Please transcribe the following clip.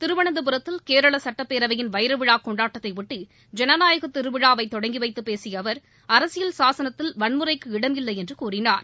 திருவனந்தபுரத்தில் கேரள சுட்டப்பேரவையின் வைரவிழா கொண்டாட்டத்தையொட்டி ஜனநாயக திருவிழாவை தொடங்கி வைத்து பேசிய அவர் அரசியல் சாசனத்தில் வன்முறைக்கு இடமில்லை என்று கூறினார்